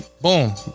boom